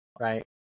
Right